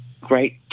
great